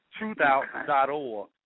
Truthout.org